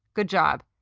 good job.